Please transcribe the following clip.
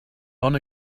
own